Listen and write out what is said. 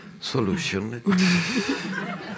solution